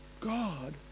God